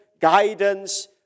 guidance